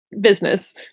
business